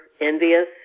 envious